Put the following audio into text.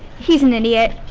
he's an idiot.